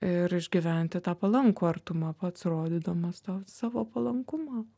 ir išgyventi tą palankų artumą pats rodydamas tą savo palankumą